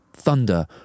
thunder